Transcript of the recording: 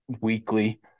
weekly